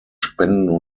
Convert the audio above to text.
spenden